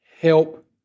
help